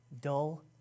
dull